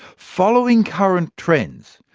following current trends,